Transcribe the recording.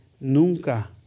nunca